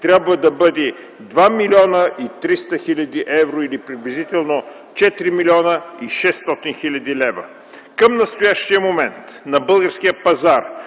трябва да бъде 2 млн. 300 хил. евро или приблизително 4 млн. 600 хил. лв. Към настоящия момент на българския пазар